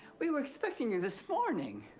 we were expecting you this morning.